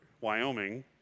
Wyoming